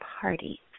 party